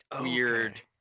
weird